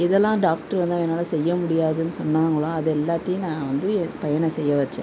எதெல்லாம் டாக்ட்ரு வந்து இவனால் செய்ய முடியாதுன்னு சொன்னாங்களோ அது எல்லாத்தையும் நான் வந்து என் பையனை செய்ய வச்சேன்